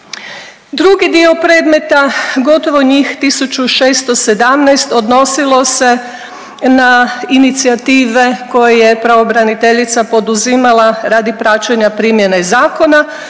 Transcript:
Drugi dio predmeta, gotovo njih 1617 odnosilo se na inicijative koje je pravobranitelja poduzimala radi praćenja primjene zakona.